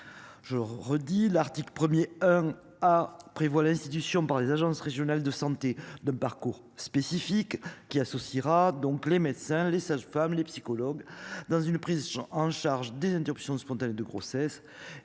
Je redis l'article 1er. Ah prévoit l'institution par les agences régionales de santé d'un parcours spécifique qui associera donc les médecins, les sages-femmes, les psychologues dans une prise en charge des interruptions spontanées de grossesse,